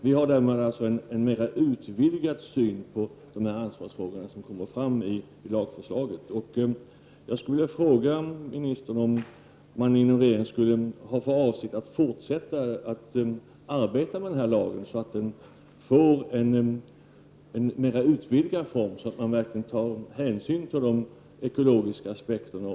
Vi har därmed en mer utvidgad syn på de ansvarsfrågor som kommer fram i lagförslaget. Jag skulle vilja fråga ministern om man inom regeringen har för avsikt att fortsätta att arbeta med denna lag så att den får en mer utvidgad form och verkligen tar hänsyn till de ekologiska aspekterna.